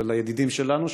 ולידידים שלנו,